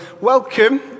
welcome